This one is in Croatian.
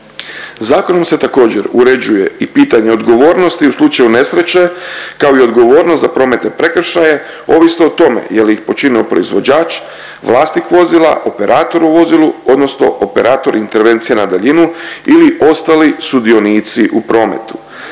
Zakonom se također uređuje i pitanje odgovornosti u slučaju nesreće kao i odgovornost za prometne prekršaje ovisno o tome je li ih počinio proizvođač, vlasnik vozila, operator u vozilu odnosno operator intervencija na daljinu ili ostali sudionici u prometu